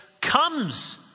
comes